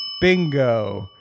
Bingo